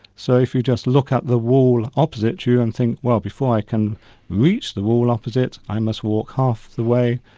so if you just look at the wall opposite you and think, well, before i can reach the wall opposite, i must walk half the way,